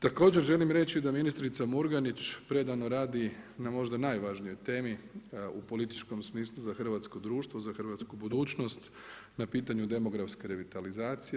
Također želim reći da ministrica Murganić predano radi na možda najvažnijoj temi u političkom smislu za hrvatsko društvo, za hrvatsku budućnost, na pitanju demografske revitalizacije.